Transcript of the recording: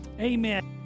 amen